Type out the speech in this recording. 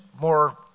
more